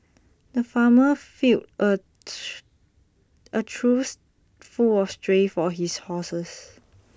the farmer filled A A truth full of tray for his horses